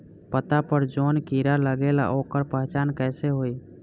पत्ता पर जौन कीड़ा लागेला ओकर पहचान कैसे होई?